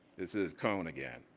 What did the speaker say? this is cone again,